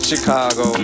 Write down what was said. Chicago